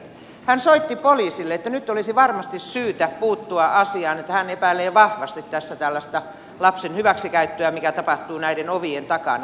hän soitti poliisille että nyt olisi varmasti syytä puuttua asiaan että hän epäilee vahvasti tässä tällaista lapsen hyväksikäyttöä mikä tapahtuu näiden ovien takana